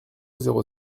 zéro